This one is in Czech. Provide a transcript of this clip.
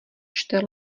čte